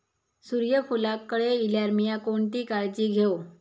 सूर्यफूलाक कळे इल्यार मीया कोणती काळजी घेव?